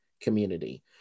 community